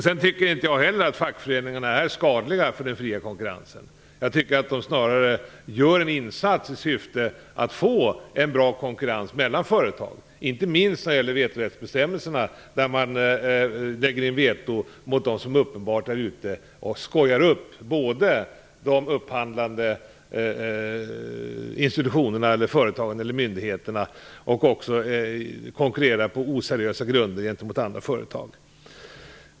Jag tycker inte heller att fackföreningarna är skadliga för den fria konkurrensen. Jag tycker snarare att de gör en insats i syfte att få en bra konkurrens mellan företag inte minst när det gäller vetorättsbestämmelserna. Man lägger in veto mot dem som uppenbart "skojar upp" de upphandlande institutionerna, företagen eller myndigheterna och konkurrerar på oseriösa grunder gentemot andra företag.